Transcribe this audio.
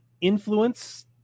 influence